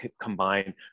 combine